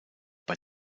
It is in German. bei